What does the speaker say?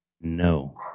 No